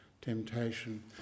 temptation